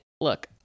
look